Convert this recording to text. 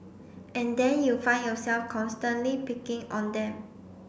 and then you find yourself constantly picking on them